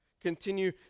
continue